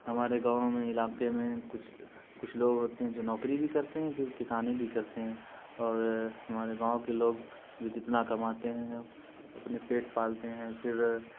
ہمارے گاؤں میں علاقے میں کچھ کچھ لوگ ہوتے ہیں جو نوکری بھی کرتے ہیں پھر کسانی بھی کرتے ہیں اور ہمارے گاؤں کے لوگ جو جتنا کماتے ہیں اپنے پیٹ پالتے ہیں پھر